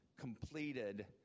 completed